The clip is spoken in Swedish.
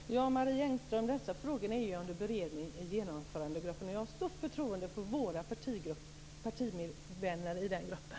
Herr talman! Marie Engström! De här frågorna är under beredning i genomförandegruppen. Jag har stort förtroende för våra partivänner i den gruppen.